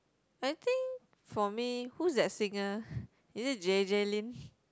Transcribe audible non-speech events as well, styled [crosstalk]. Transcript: I think for me who's that singer [breath] is it J_J-Lin